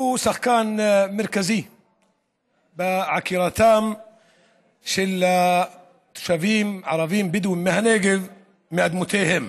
היא שחקן מרכזי בעקירתם של תושבים ערבים בדואים בנגב מאדמותיהם.